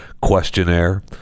questionnaire